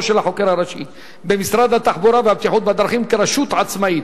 של החוקר הראשי במשרד התחבורה והבטיחות בדרכים כרשות עצמאית.